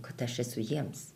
kad aš esu jiems